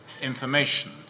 information